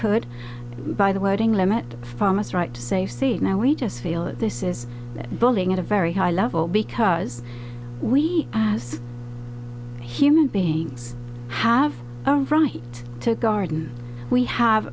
could by the wording limit pharmacy right to say see now we just feel that this is bullying at a very high level because we as human beings have a right to a garden we have